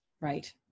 Right